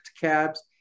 cabs